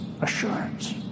Assurance